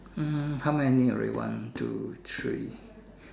hmm how many already one two three